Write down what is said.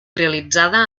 realitzada